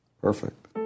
Perfect